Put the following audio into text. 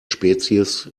spezies